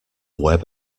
web